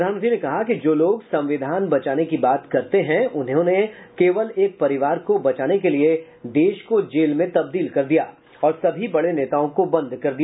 प्रधानमंत्री ने कहा कि जो लोग संविधान बचाने की बात करते हैं उन्होंने केवल एक परिवार को बचाने के लिए देश को जेल में तबदील कर दिया और सभी बड़े नेताओं को बंद कर दिया